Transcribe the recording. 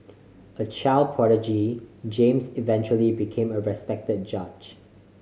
a child prodigy James eventually became a respect judge